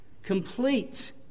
Complete